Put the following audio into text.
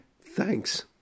thanks